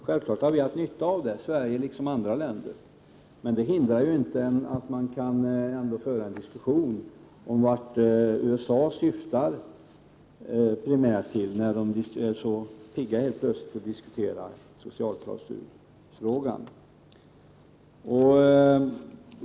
Självfallet har vi haft nytta av det, i Sverige liksom i andra länder, men det hindrar ju inte att vi ändå kan föra en diskussion om vart man i USA syftar primärt när man helt plötsligt är så pigg på att diskutera socialklausulen.